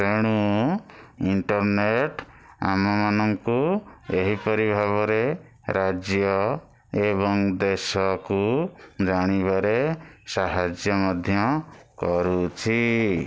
ତେଣୁ ଇଣ୍ଟର୍ନେଟ୍ ଆମମାନଙ୍କୁ ଏହିପରି ଭାବରେ ରାଜ୍ୟ ଏବଂ ଦେଶକୁ ଜାଣିବାରେ ସାହାଯ୍ୟ ମଧ୍ୟ କରୁଛି